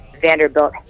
Vanderbilt